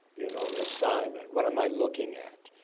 you know? the assignment. what am i looking at?